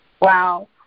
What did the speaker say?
Wow